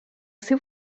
seu